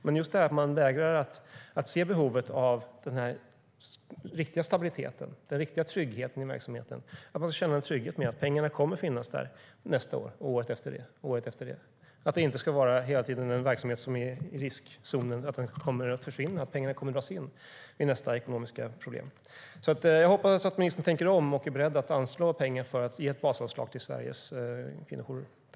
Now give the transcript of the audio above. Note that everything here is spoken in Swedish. Men regeringen vägrar att se behovet av den riktiga stabiliteten, den riktiga tryggheten i verksamheten. Man ska kunna känna trygghet i att pengarna kommer att finnas där nästa år, nästnästa år och nästnästnästa år. Verksamheten ska inte hela tiden vara i riskzonen att försvinna därför att pengarna kan dras in vid nästa ekonomiska problem. Jag hoppas att ministern tänker om och är beredd att anslå pengar för att ge ett basanslag till Sveriges kvinnojourer.